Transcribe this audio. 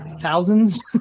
thousands